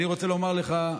אני רוצה לומר לך,